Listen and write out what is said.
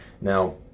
Now